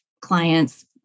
clients